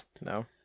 No